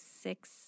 six